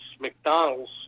McDonald's